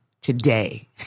Today